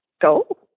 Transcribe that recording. go